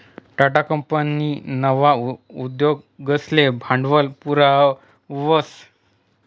Tata company नवा उद्योगसले भांडवल पुरावस